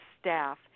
staff